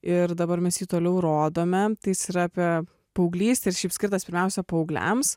ir dabar mes jį toliau rodome tai jis yra apie paauglystę ir šiaip skirtas pirmiausia paaugliams